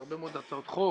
בהרבה מאוד הצעות חוק,